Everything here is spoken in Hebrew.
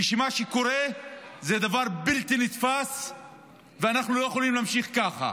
כי מה שקורה זה דבר בלתי נתפס ואנחנו לא יכולים להמשיך ככה.